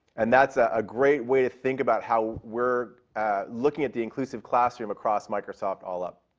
and that's a ah great way to think about how we're looking at the inclusive classroom across microsoft all up.